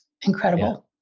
incredible